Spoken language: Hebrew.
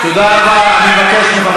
אני מבקש מחברי הכנסת,